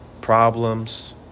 Problems